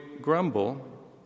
grumble